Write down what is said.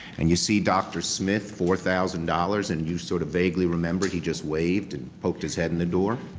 and you see dr. smith, four thousand dollars, and you sort of vaguely remember he just waved and poked his head in the door?